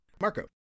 Marco